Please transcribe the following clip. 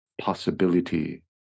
possibility